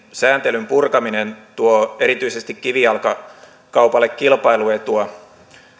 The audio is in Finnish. sääntelyn purkaminen tuo erityisesti kivijalkakaupalle kilpailuetua